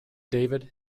david